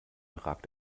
ragt